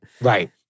Right